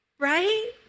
Right